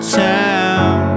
time